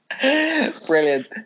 brilliant